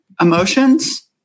emotions